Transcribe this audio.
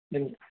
धन्यवाद